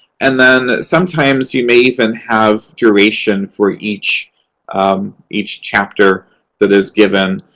and then sometimes, you may even have duration for each um each chapter that is given.